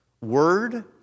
word